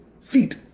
feet